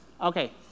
okay